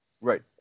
right